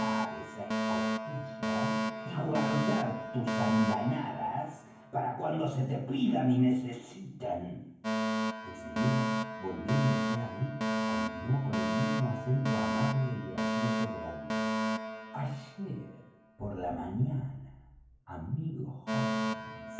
esa escotilla y guardar tus andanadas para cuando se te pidan y necesiten en seguida volviéndose á mí continuó con el mismo acento amable y gracioso de antes ayer por la mañana amigo